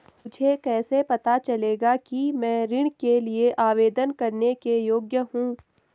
मुझे कैसे पता चलेगा कि मैं ऋण के लिए आवेदन करने के योग्य हूँ?